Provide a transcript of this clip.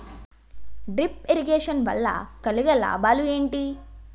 Drip irrigation వల్ల కలిగే లాభాలు ఏంటి?